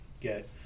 get